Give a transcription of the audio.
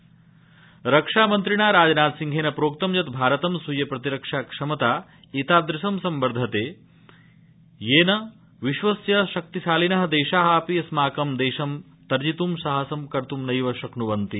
राजनाथ सिंह भाजपा कार्यकर्तार रक्षामन्त्रिणा राजनाथसिंहेन प्रोक्तं यत् भारतं स्वीय प्रतिरक्षा क्षमता एतादृशं संवर्धत येन् विश्वस्य शक्तिशालिन देशा अपि अस्माकं देशं तजित् ं साहसं कत् नैव शक्नुवन्ति